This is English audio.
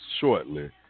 shortly